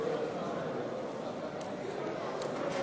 אדוני